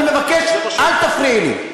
אני מבקש, אל תפריעי לי.